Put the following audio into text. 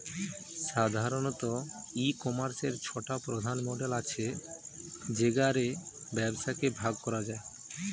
সাধারণত, ই কমার্সের ছটা প্রধান মডেল আছে যেগা রে ব্যবসাকে ভাগ করা যায়